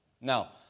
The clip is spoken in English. Now